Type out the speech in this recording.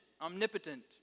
omnipotent